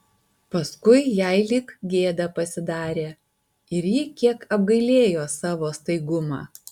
paskui jai lyg gėda pasidarė ir ji kiek apgailėjo savo staigumą